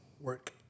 work